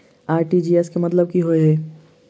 RTGS केँ मतलब की होइ हय?